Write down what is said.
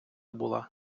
була